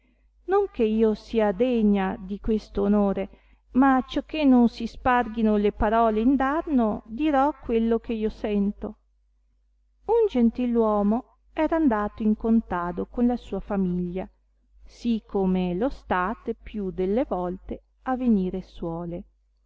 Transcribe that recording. non che io sia degna di questo onore ma acciò che non si sparghino le parole indarno dirò quello eh io sento un gentiluomo era andato in contado con la sua famiglia sì come lo state più delle volte avenire suole